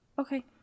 Okay